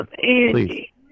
Please